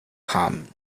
kong